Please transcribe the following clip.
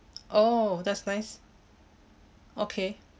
oh that's nice okay